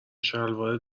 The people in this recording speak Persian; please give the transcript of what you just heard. شلوار